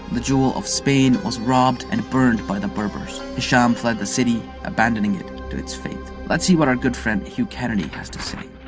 the jewel of spain was robbed and burned by the berbers. hisham fled the city, abandoning it to its fate. let's see what our good friend hugh kennedy has to say,